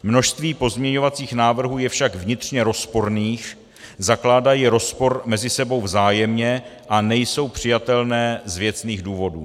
Množství pozměňovacích návrhů je však vnitřně rozporných, zakládají rozpor mezi sebou vzájemně a nejsou přijatelné z věcných důvodů.